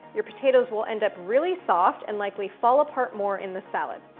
your potatoes will end up really soft and likely fall apart more in the salad.